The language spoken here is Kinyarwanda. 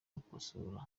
gukosora